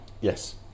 Yes